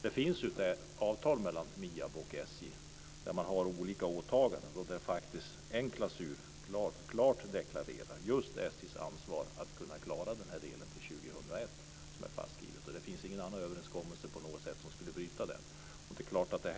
Det finns ett avtal mellan MIAB och SJ där man har olika åtaganden och där en klausul klart deklarerar just SJ:s ansvar för att klara den här delen till 2001. Det fanns ingen annan överenskommelse som skulle bryta den.